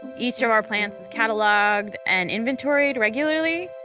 each of our plants cataloged and inventoried regularly.